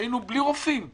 כשהיינו בלי רופאים בגדודים,